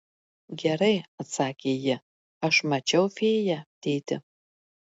gerai atsakė ji aš mačiau fėją tėti